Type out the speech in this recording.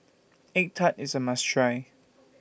Egg Tart IS A must Try